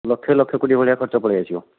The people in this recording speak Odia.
ଲକ୍ଷେ ଲକ୍ଷେ କୋଡ଼ିଏ ହଜାର ଖର୍ଚ୍ଚ ପଳାଇଆସିବ